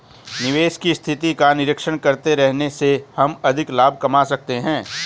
निवेश की स्थिति का निरीक्षण करते रहने से हम अधिक लाभ कमा सकते हैं